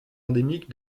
endémique